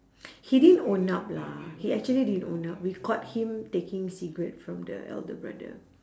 he didn't own up lah he actually didn't own up we caught him taking cigarette from the elder brother